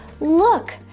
look